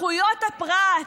זכויות הפרט,